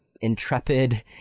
intrepid